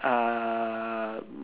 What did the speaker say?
uh